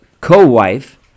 co-wife